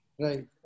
Right